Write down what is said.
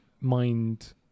mind